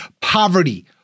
poverty